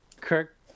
Kirk